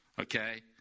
okay